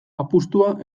apustua